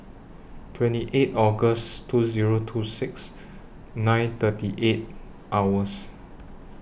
twenty eight August two Zero two six nine thirty eight hours